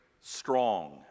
strong